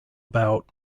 about